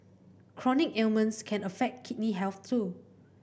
chronic ailments can affect kidney health too